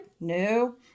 No